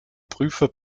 prüfer